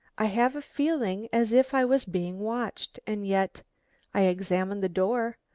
i have a feeling as if i was being watched. and yet i examined the door,